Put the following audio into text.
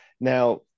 Now